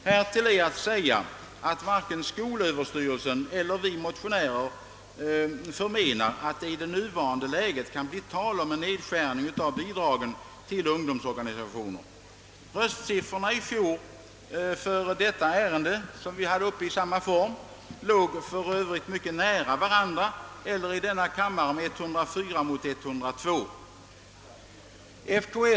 Härtill är att säga, att varken skolöverstyrelsen eller vi motionärer förmenar att det i nuvarande läge kan bli tal om en nedskärning av bidragen till ungdomsorganisationerna. Röstsiffrorna för detta ärende, som vi behandlade i samma form i fjol, låg för övrigt mycket nära varandra, d. v. s. 104 mot 102 i denna kammare.